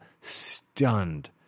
stunned